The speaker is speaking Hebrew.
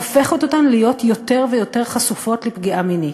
הופך אותן להיות יותר ויותר חשופות לפגיעה מינית.